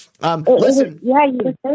listen